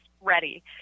ready